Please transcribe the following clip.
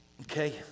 Okay